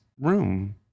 room